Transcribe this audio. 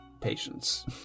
patience